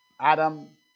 Adam